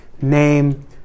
name